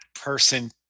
person